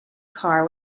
car